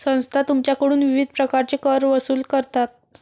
संस्था तुमच्याकडून विविध प्रकारचे कर वसूल करतात